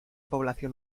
población